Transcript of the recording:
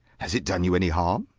has it done you any harm,